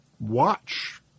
watch